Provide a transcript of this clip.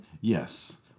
Yes